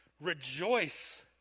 rejoice